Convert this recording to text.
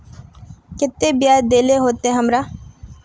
केते बियाज देल होते हमरा?